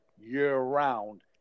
year-round